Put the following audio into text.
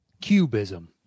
Cubism